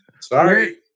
sorry